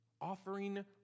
offering